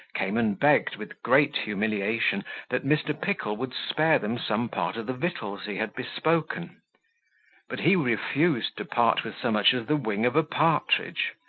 came and begged with great humiliation that mr. pickle would spare them some part of the victuals he had bespoken but he refused to part with so much as the wing of a partridge,